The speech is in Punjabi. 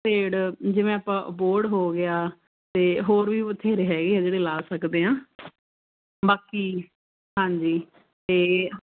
ਭੀੜ ਜਿਵੇਂ ਆਪਾਂ ਬੋਹੜ ਹੋ ਗਿਆ ਅਤੇ ਹੋਰ ਵੀ ਬਥੇਰੇ ਹੈਗੇ ਆ ਜਿਹੜੇ ਲਾ ਸਕਦੇ ਹਾਂ ਬਾਕੀ ਹਾਂਜੀ ਅਤੇ